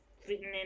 fitting